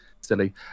silly